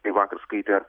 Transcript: kai vakar skaitė